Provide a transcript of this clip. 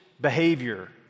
behavior